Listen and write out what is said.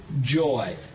joy